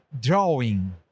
drawing